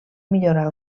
millorar